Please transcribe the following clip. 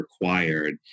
required